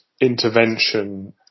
intervention